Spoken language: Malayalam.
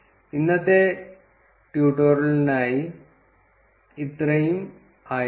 ഇന്നത്തെ ട്യൂട്ടോറിയലിനായി ഇത്രയും ആയിരിക്കും